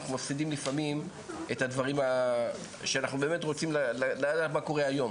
אנחנו מפסידים לפעמים את הדברים שאנחנו באמת רוצים לדעת מה קורה היום,